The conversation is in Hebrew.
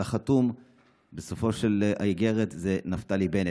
על החתום בסופה של האיגרת זה נפתלי בנט.